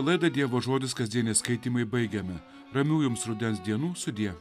laidą dievo žodis kasdieniai skaitymai baigiame ramių jums rudens dienų sudie